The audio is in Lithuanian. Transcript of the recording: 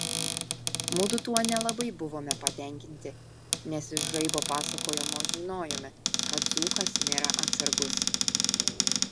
mudu tuo nelabai buvome patenkinti nes iš žaibo pasakojimo žinojome kad dzūkas nėra atsargus